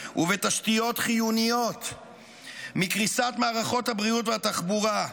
ובתשתיות חיוניות מקריסת מערכות הבריאות והתחבורה,